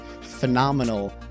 phenomenal